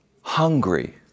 hungry